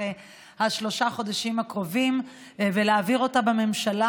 שלושת החודשים הקרובים ולהעביר אותה בממשלה.